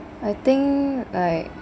I think like